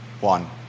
one